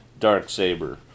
Darksaber